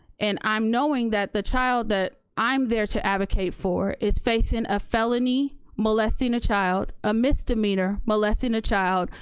and i'm knowing that the child that i'm there to advocate for is facing a felony, molesting a child, a misdemeanor, molesting a child,